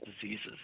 diseases